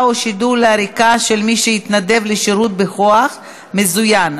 או שידול לעריקה של מי שהתנדב לשירות בכוח מזוין),